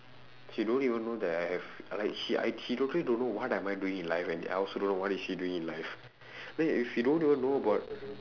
she don't even know that I have I like she I she totally don't know what am I doing in life and I also don't know what is she doing in life then if you don't even know about